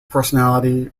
personality